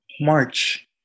March